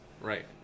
right